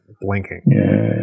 blinking